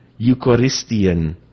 Eucharistian